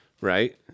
Right